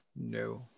No